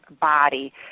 body